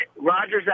Rogers